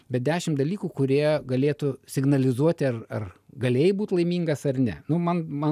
bet dešimt dalykų kurie galėtų signalizuoti ar ar galėjai būt laimingas ar ne nu man man